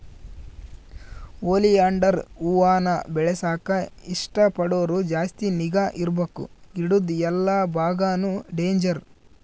oleander ಹೂವಾನ ಬೆಳೆಸಾಕ ಇಷ್ಟ ಪಡೋರು ಜಾಸ್ತಿ ನಿಗಾ ಇರ್ಬಕು ಗಿಡುದ್ ಎಲ್ಲಾ ಬಾಗಾನು ಡೇಂಜರ್